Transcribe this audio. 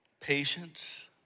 patience